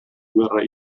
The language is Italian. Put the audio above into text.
guerra